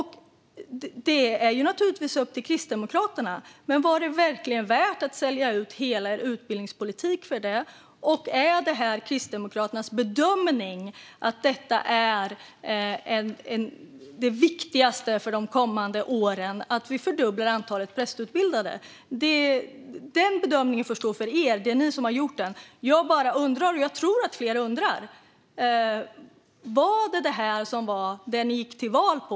Det är naturligtvis upp till Kristdemokraterna, men var det verkligen värt att sälja ut hela er utbildningspolitik för detta? Är det Kristdemokraternas bedömning att det viktigaste för de kommande åren är att vi fördubblar antalet prästutbildade? Den bedömningen får stå för er. Det är ni som har gjort den. Jag bara undrar, och jag tror att fler undrar: Var det detta som ni gick till val på?